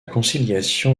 conciliation